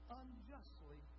unjustly